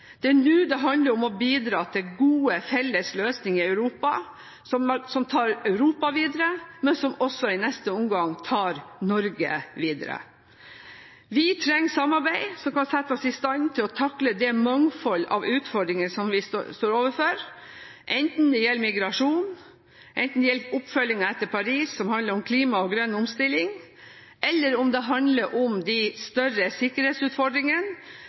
Det er nå det handler om å bidra til gode felles løsninger i Europa som tar Europa videre, men som i neste omgang tar Norge videre. Vi trenger samarbeid som kan sette oss i stand til å takle det mangfold av utfordringer som vi står overfor, enten det gjelder migrasjon, oppfølgingen etter Paris som handler om klima og grønn omstilling, eller det handler om de større sikkerhetsutfordringene,